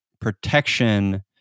protection